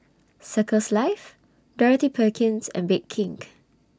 Circles Life Dorothy Perkins and Bake King